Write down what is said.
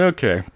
Okay